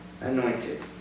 anointed